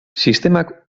sistemak